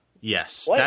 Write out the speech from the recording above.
Yes